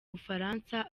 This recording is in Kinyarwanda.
bufaransa